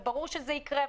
ברור שזה יקרה.